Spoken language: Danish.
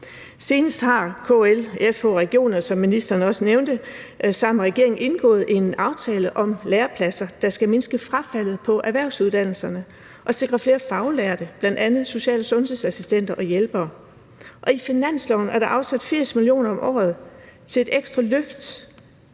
nævnte, sammen med regeringen indgået en aftale om lærepladser, der skal mindske frafaldet på erhvervsuddannelserne og sikre flere faglærte, bl.a. social- og sundhedsassistenter og -hjælpere. Og i finansloven er der afsat 80 mio. kr. om året til et ekstra løft